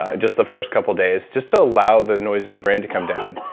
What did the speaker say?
ah just the first couple days, just to allow the noise in the brain to come down.